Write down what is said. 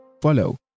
follow